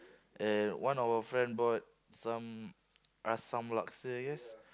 and one of our friend bought some Asam Laksa yes